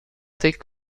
telles